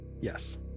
yes